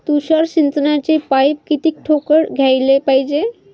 तुषार सिंचनाचे पाइप किती ठोकळ घ्याले पायजे?